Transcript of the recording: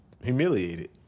humiliated